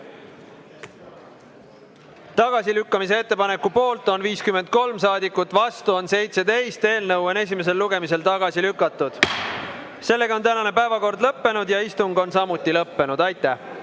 Tagasilükkamise ettepaneku poolt on 53 saadikut, vastu on 17. Eelnõu on esimesel lugemisel tagasi lükatud. Sellega on tänane päevakord lõppenud ja istung on samuti lõppenud. Aitäh!